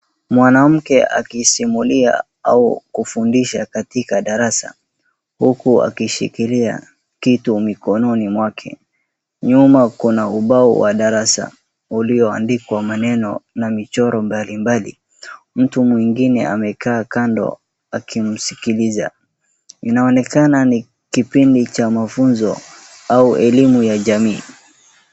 Mwanamke akisimulia au kufundisha katika darasa, huku akishikilia kitu mikononi mwake, nyuma kuna ubao wa darasa, ulioandikwa maneno na michoro mbalimbali, mtu mwingine amekaa kando akimsikiliza, inaonekana ni kipindi cha mafunzo au elimu ya jamii.